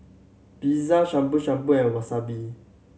Pizza Shabu Shabu and Wasabi